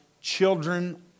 children